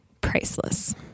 Priceless